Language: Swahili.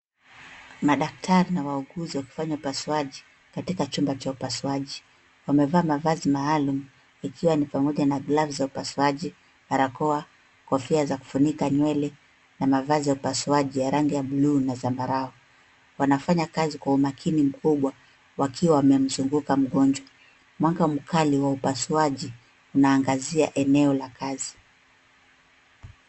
Madaktari na wauguzi wakifanya upasuaji katika chumba cha upasuaji. Wamevaa mavazi maalum ikiwa ni pamoja na glavu za upasuaji, barakoa, kofia za kufunika nywele na mavazi ya upasuaji ya rangi ya bluu na zambarau. Wanafanya kazi kwa umakini mkubwa wakiwa wamemzunguka mgonjwa. Mwanga mkali wa upasuaji unaangazia eneo la kazi.